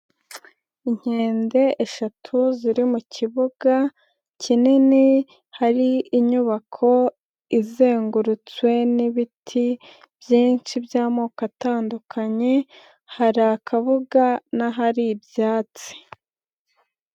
Inkende eshatu ziri mu kibuga kinini, hari inyubako izengurutswe n'ibiti byinshi by'amoko atandukanye, hari akabuga n'ahariri ibyatsi.